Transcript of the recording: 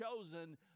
chosen